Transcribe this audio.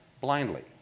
blindly